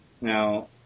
Now